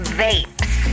vapes